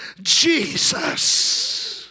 Jesus